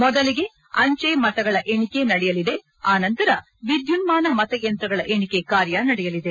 ಮೊದಲಿಗೆ ಅಂಚೆ ಮತಗಳ ಎಣಿಕೆ ನಡೆಯಲಿದೆ ಆನಂತರ ವಿದ್ಯುನ್ನಾನ ಮತ ಯಂತ್ರಗಳ ಎಣಿಕೆ ಕಾರ್ಯ ನಡೆಯಲಿದೆ